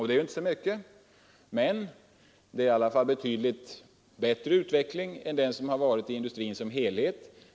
Det är inte så mycket, men det är i alla fall en betydligt bättre utveckling än den som skett i industrin i dess helhet.